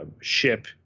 ship